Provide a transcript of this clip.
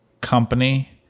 company